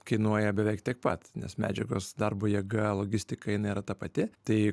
kainuoja beveik tiek pat nes medžiagos darbo jėga logistika jinai yra ta pati tai